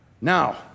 Now